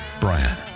Brian